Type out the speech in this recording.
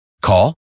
Call